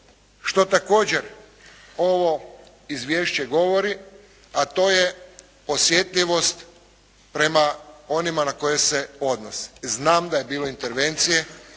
što također ovo izvješće govori, a to je osjetljivost prema onima na koje se odnose. Znam da je bilo intervencije,